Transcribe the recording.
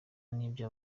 n’ibyo